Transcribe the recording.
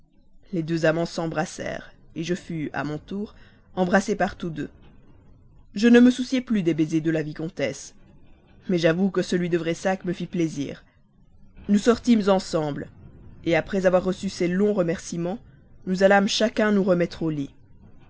les deux amants s'embrassèrent je fus à mon tour embrassé par tous deux je ne me souciais plus des baisers de la vicomtesse mais j'avoue que celui de pressac me fit plaisir nous sortîmes ensemble après avoir reçu ses longs remerciements nous allâmes chacun nous remettre au lit